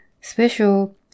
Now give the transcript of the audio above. special